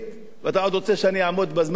ואתה עוד רוצה שאעמוד בזמן, שלוש דקות.